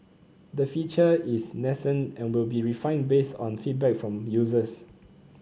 the feature is nascent and will be refined based on feedback from users